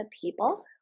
people